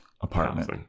apartment